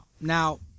Now